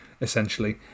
essentially